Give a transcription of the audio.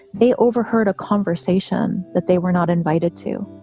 they overheard a conversation that they were not invited to.